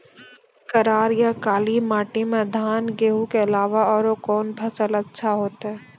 करार या काली माटी म धान, गेहूँ के अलावा औरो कोन फसल अचछा होतै?